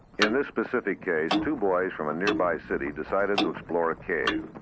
in this specific case, two boys from a nearby city decided to explore a cave.